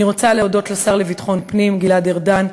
אני רוצה להודות לשר לביטחון פנים גלעד ארדן,